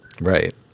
Right